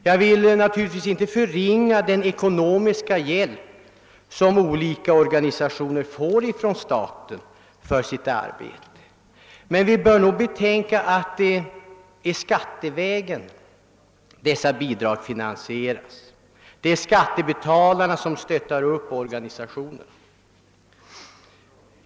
Jag vill naturligtvis inte förringa den ekonomiska hjälp som olika organisationer får från staten för sitt arbete, men vi bör nog betänka att det är skattevägen dessa bidrag finansieras — det är skattebetalarna som stöttar upp organisationerna.